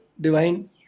Divine